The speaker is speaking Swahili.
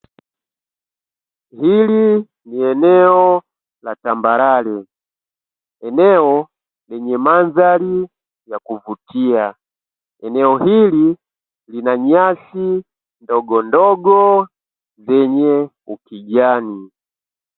Hili ni eneo la tambarare eneo lenye mandhari y kuvutia, eneo hili lina nyasi ndogondogo zenye ukijani.